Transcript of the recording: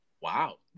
Wow